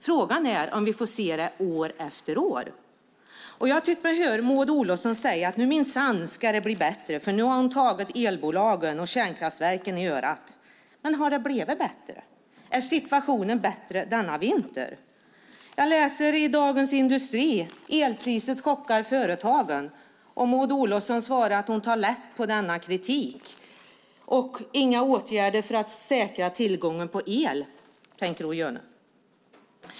Frågan är om vi får se det år efter år. Jag har tyckt mig höra Maud Olofsson säga att nu minsann ska det bli bättre, för nu har hon tagit elbolagen och kärnkraftverken i örat. Men har det blivit bättre? Är situationen bättre denna vinter? Jag läser i Dagens Industri. Det står: Elpriset chockar företagen. Maud Olofsson svarar att hon tar lätt på denna kritik. Hon tänker inte vidta några åtgärder för att säkra tillgången på el.